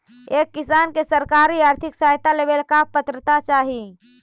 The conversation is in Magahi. एक किसान के सरकारी आर्थिक सहायता लेवेला का पात्रता चाही?